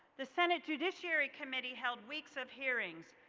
the senate judiciary committee held weeks of hearings,